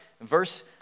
Verse